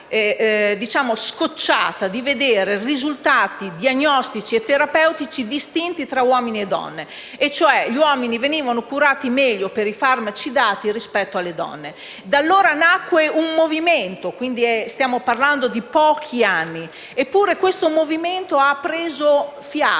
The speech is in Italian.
si era scocciata di vedere risultati diagnostici e terapeutici distinti tra uomini e donne: gli uomini venivano curati meglio per i farmaci dati rispetto alle donne. Da allora nacque un movimento. Stiamo parlando di pochi anni. Eppure, questo movimento ha preso fiato